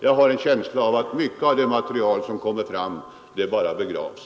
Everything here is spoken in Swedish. Jag har en känsla av att mycket av det material som kommer fram bara begravs.